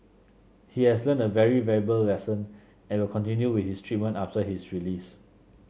he has learnt a very valuable lesson and will continue with his treatment after his release